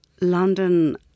London